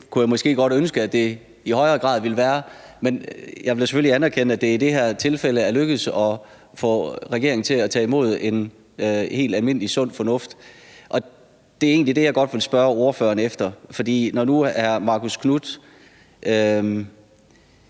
Det kunne jeg måske godt have ønsket det i højere grad ville være, men jeg vil selvfølgelig anerkende, at det i det her tilfælde er lykkedes at få regeringen til at tage imod helt almindelig sund fornuft. Og det er egentlig det, jeg godt vil spørge ordføreren om. For når nu hr. Marcus Knuth